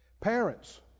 Parents